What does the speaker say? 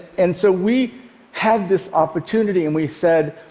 and so we had this opportunity and we said,